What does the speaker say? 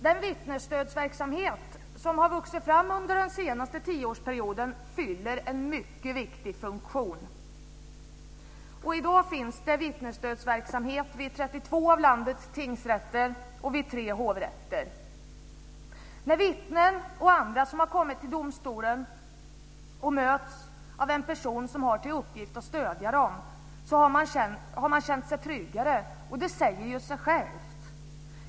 Den vittnesstödsverksamhet som har vuxit fram under den senaste tioårsperioden fyller en mycket viktig funktion. I dag finns det vittnesstödsverksamhet vid 32 av landets tingsrätter och vid tre hovrätter. När vittnen och andra som har kommit till domstolen och mötts av en person som har till uppgift att stödja dem har de känt sig tryggare - det säger sig självt.